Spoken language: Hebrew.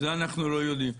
זה אנחנו לא יודעים.